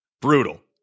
brutal